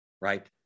right